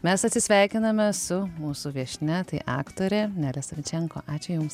mes atsisveikiname su mūsų viešnia tai aktorė nelė savičenko ačiū jums